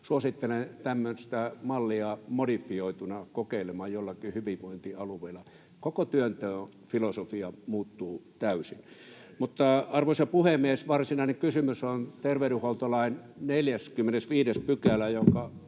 kokeilemaan tämmöistä mallia modifioituna joillakin hyvinvointialueilla. Koko työnteon filosofia muuttuu täysin. Arvoisa puhemies! Varsinainen kysymys koskee terveydenhuoltolain 45 §:ää, jonka